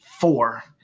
four